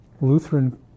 Lutheran